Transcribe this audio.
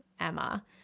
Emma